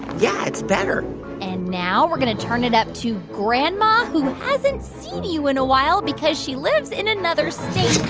yeah, it's better and now we're going to turn it up to grandma who hasn't seen you in a while because she lives in another state